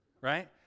Right